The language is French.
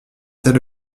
tel